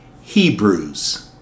Hebrews